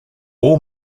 all